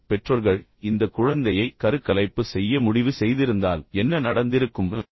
எனவே பெற்றோர்கள் இந்த குழந்தையை கருக்கலைப்பு செய்ய முடிவு செய்திருந்தால் என்ன நடந்திருக்கும்